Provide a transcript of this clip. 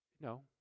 no